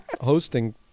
hosting